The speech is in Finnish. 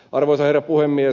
arvoisa herra puhemies